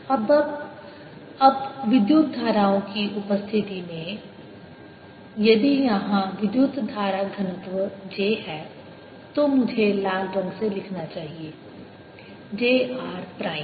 अब विद्युत धाराओं की उपस्थिति में यदि यहां विद्युत धारा घनत्व j है तो मुझे लाल रंग से लिखना चाहिए j r प्राइम